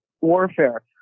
warfare